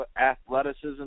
athleticism